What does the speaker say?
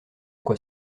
quoi